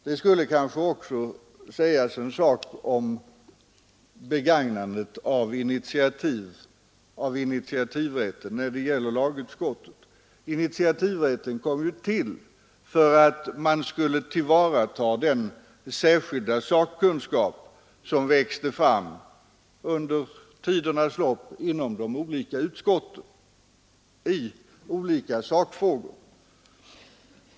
Det borde kanske också sägas någonting om begagnandet av initiativrätten när det gäller lagutskottet. Initiativrätten tillkom ju för att man skulle kunna tillvarata den särskilda sakkunskap som under tidernas lopp växer fram inom de olika utskotten i olika sakfrågor.